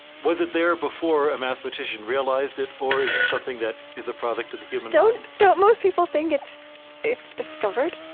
was it there before a mathematician realized it, or is it something that is a product of the human mind? don't most people think it's it's discovered?